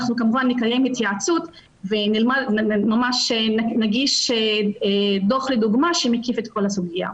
אנחנו כמובן נקיים התייעצות ונגיש דוח לדוגמה שמקיף את כל הסוגיה.